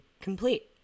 complete